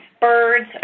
birds